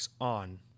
On